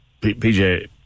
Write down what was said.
PJ